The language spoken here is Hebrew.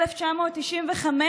1995,